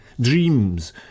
dreams